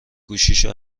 گوشیشو